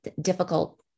difficult